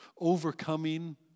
overcoming